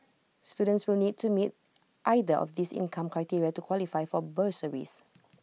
students will need to meet either of these income criteria to qualify for bursaries